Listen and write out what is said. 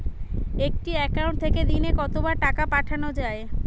একটি একাউন্ট থেকে দিনে কতবার টাকা পাঠানো য়ায়?